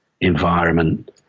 environment